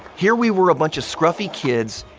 here we were, a bunch of scruffy kids,